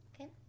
okay